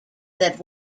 that